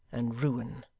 and ruin!